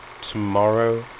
Tomorrow